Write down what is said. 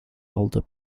older